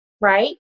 right